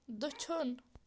دٔچھُن